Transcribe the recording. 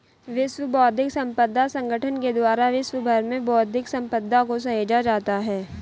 विश्व बौद्धिक संपदा संगठन के द्वारा विश्व भर में बौद्धिक सम्पदा को सहेजा जाता है